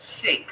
six